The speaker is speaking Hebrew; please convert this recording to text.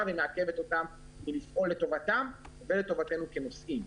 ומעכבת אותם מלפעול לטובתם ולטובתנו כנוסעים.